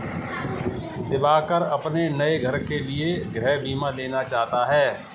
दिवाकर अपने नए घर के लिए गृह बीमा लेना चाहता है